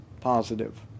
positive